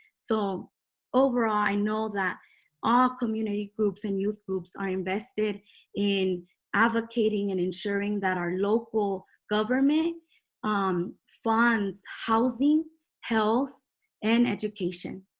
so overall, i know that all community groups and youth groups are invested in advocating and ensuring that our local government um funds housing health and education